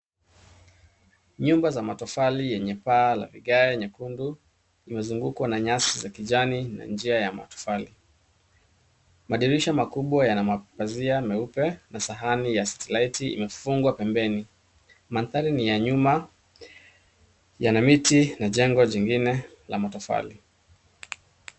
Nyumba za matofali yenye paa la vigae nyekundu imezungukwa na nyasi za kijani na njia ya matofali. Madirisha makubwa yana mapazia meupe na sahani ya satellite imefungwa pembeni. Mandhari ni ya nyuma yana miti na jengo jingine la matofali.